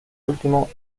último